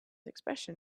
expression